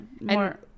more